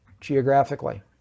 geographically